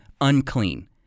unclean